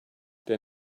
der